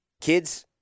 kids –